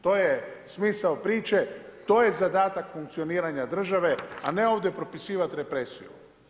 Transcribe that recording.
To je smisao priče, to je zadatak funkcioniranja države, a ne ovdje propisivat represiju.